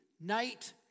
Night